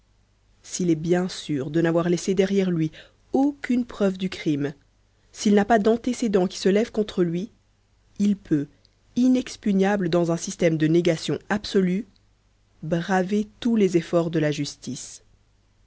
s'il est bien sûr de n'avoir laissé derrière lui aucune preuve du crime s'il n'a pas d'antécédents qui se lèvent contre lui il peut inexpugnable dans un système de négation absolue braver tous les efforts de la justice